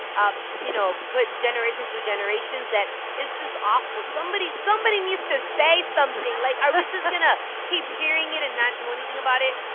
ah you know, put generation through generations that is just awful. somebody, somebody needs to say something. like, are we just going to keep hearing it and not do anything about it?